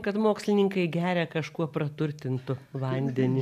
kad mokslininkai geria kažkuo praturtintu vandenį